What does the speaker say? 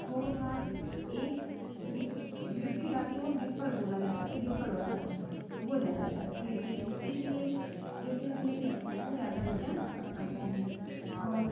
खो था एक गिट्टी डालकर वह गिप्पल बोला जाता था गिप्पल वाला खेल वह ज़्यादातर खेलते थे इसलिए क्योंकि उसमें लड़कियों को ज़्यादा मज़ा आता है और